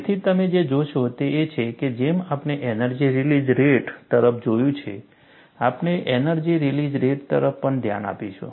તેથી તમે જે જોશો તે એ છે કે જેમ આપણે એનર્જી રિલીઝ રેટ તરફ જોયું છે આપણે એનર્જી રિલીઝ રેટ તરફ પણ ધ્યાન આપીશું